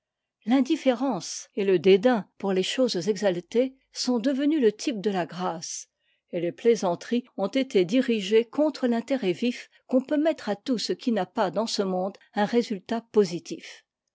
l'indifférence et le dédain n pour les choses exattées sont devenus le type de la grâce et les plaisanteries ont été dirigées contre l'intérêt vif qu'on peut mettre à tout ce qui n'a pas dans ce monde un résultat positif